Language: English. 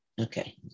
okay